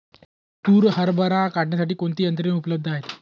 तूर हरभरा काढण्यासाठी कोणती यंत्रे उपलब्ध आहेत?